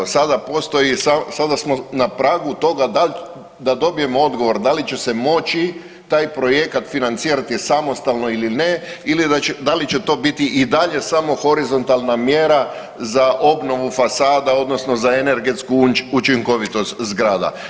Sada postoji, sada smo na pragu toga da li da dobijemo odgovor da li će se moći taj projekat financirati samostalno ili ne ili da li će to biti i dalje samo horizontalna mjera za obnovu fasada, odnosno za energetsku učinkovitost zgrada.